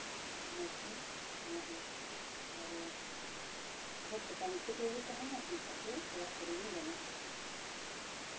ᱚᱱᱟ ᱛᱮ ᱨᱟᱱᱚᱜ ᱟᱹᱧ ᱟᱨ ᱟᱜᱟᱨ ᱪᱷᱳᱴᱟᱢᱳᱴᱟ ᱨᱩᱭᱣᱟᱹ ᱜᱮ ᱛᱟᱦᱮᱱᱟ ᱮᱱᱠᱷᱟᱡ ᱫᱚ ᱚᱲᱟᱜ ᱠᱚᱨᱮᱜᱮᱧ ᱨᱟᱱᱚᱜᱼᱟ